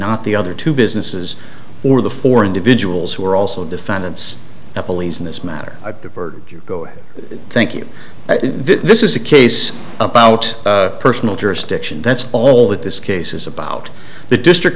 not the other two businesses or the four individuals who are also defendants in this matter diverge you go thank you this is a case about personal jurisdiction that's all that this case is about the district